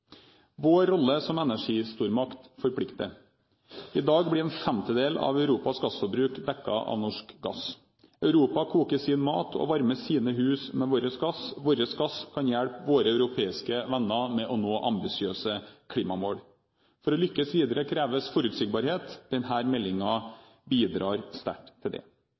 Vår rolle som energistormakt forplikter. I dag blir 1/5> av Europas gassforbruk dekket av norsk gass. Europa koker sin mat og varmer sine hus med vår gass. Vår gass kan hjelpe våre europeiske venner med å nå ambisiøse klimamål. For å lykkes videre kreves forutsigbarhet. Denne meldingen bidrar sterkt til det.